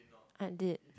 I did